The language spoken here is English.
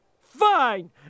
Fine